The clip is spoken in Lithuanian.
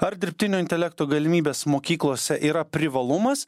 ar dirbtinio intelekto galimybės mokyklose yra privalumas